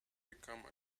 become